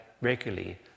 regularly